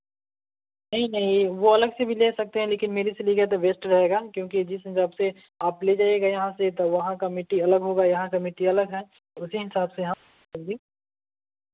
नहीं नहीं यह वह अलग से भी ले सकते हैं लेकिन मेरी लेगे तो बेस्ट रहेगा क्योंकि जिस हिसाब से आप ले जाईएगा यहाँ से तो वहाँ का मिट्टी अलग होगा यहाँ का मिट्टी अलग है उसी हिसाब से हम जी